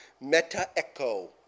meta-echo